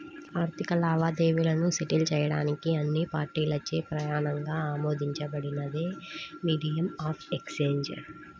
ఆర్థిక లావాదేవీలను సెటిల్ చేయడానికి అన్ని పార్టీలచే ప్రమాణంగా ఆమోదించబడినదే మీడియం ఆఫ్ ఎక్సేంజ్